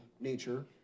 nature